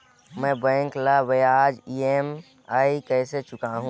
मैं बैंक ला ब्याज ई.एम.आई कइसे चुकाहू?